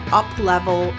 up-level